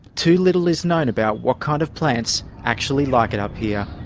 too little is known about what kind of plants actually like it up here.